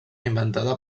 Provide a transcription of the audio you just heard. inventada